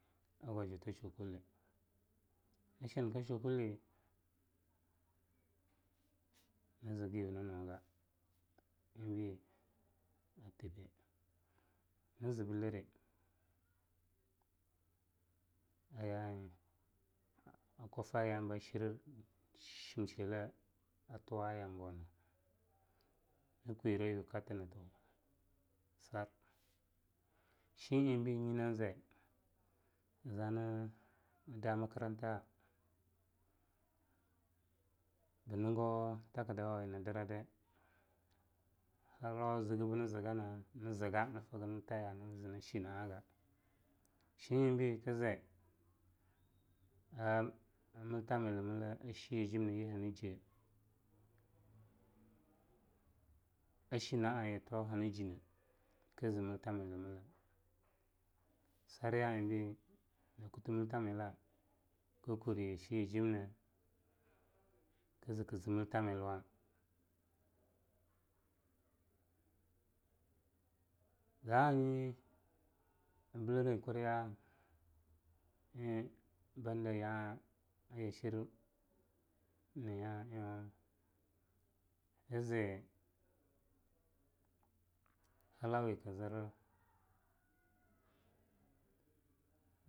A gwajiuta shakule, a chchnka shakule nzgyunnuga eing bei whn nz Billiri aya'a eing a kufai aya'a eing ba shirshimshela an tuwa'a yabauna kk weireyuwe katnatsar, shien eing bei nyi nan zai ta n da makranta bngo takdauwi nzra dai halawa zge bnzgana nzga nfga, ntaya ga nznshwaga, shien eingbei kzai a miltamilmle a shiya milejimna yi hanjne ashna'aye atau hanjne kzmiltamilmile. sarya'a eig bei miltamila kkurye shiya jimna kzkzmiltamilwa......za'a nyi a Billiri kurya'a eing banda ya'a ya shirne'a eingwa, kzi halawawi kzr.